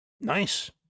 Nice